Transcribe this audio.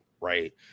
right